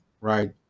right